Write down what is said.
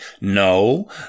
No